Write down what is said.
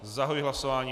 Zahajuji hlasování.